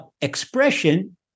expression